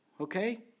okay